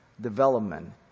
development